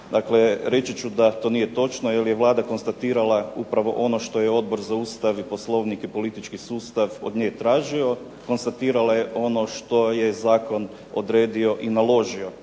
Dakle reći ću da to nije točno, jer je Vlada konstatirala upravo ono što je Odbor za Ustav i Poslovnik i politički sustav od nje tražio, konstatirala je ono što je zakon odredio i naložio.